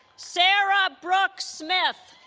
sarah brooke smith